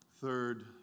third